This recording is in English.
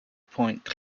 pointe